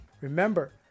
Remember